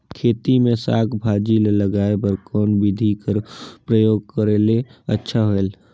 खेती मे साक भाजी ल उगाय बर कोन बिधी कर प्रयोग करले अच्छा होयल?